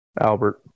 Albert